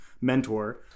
mentor